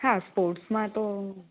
હા સોર્સ માંતો હું